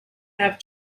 have